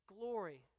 glory